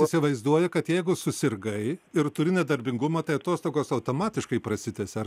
įsivaizduoja kad jeigu susirgai ir turi nedarbingumą tai atostogos automatiškai prasitęsia ar